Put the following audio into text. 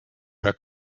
her